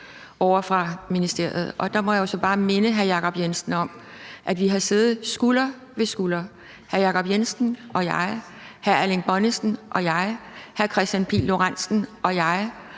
Der må jeg jo så bare minde hr. Jacob Jensen om, at vi har siddet skulder ved skulder, hr. Jacob Jensen og jeg, hr. Erling Bonnesen og jeg, hr. Kristian Pihl Lorentzen og jeg